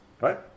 right